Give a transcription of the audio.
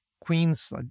queens